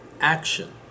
action